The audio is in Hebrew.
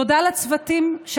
תודה לך, אדוני יושב-ראש הכנסת.